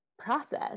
process